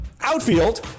outfield